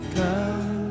come